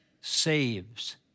saves